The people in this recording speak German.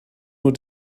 nur